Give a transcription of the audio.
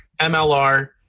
MLR